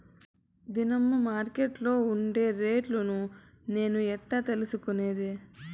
దినము మార్కెట్లో ఉండే రేట్లని నేను ఎట్లా తెలుసుకునేది?